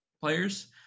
players